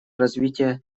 развитие